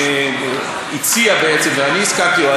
הציע בעצם ואני הסכמתי,